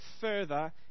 further